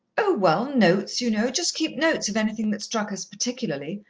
oh, well, notes, you know just keep notes of anything that struck us particularly,